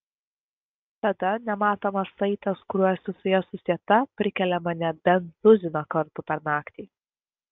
tada nematomas saitas kuriuo esu su ja susieta prikelia mane bent tuziną kartų per naktį